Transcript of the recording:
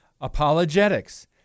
Apologetics